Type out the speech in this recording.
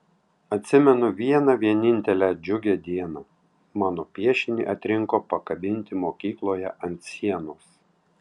atsimenu vieną vienintelę džiugią dieną mano piešinį atrinko pakabinti mokykloje ant sienos